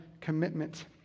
commitment